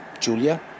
Julia